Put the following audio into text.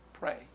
Pray